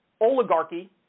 oligarchy